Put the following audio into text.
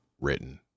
written